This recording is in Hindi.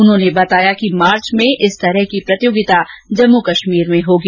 उन्होंने बताया कि मार्च में इस तरह की प्रतियोगिता जम्मू कश्मीर में होगी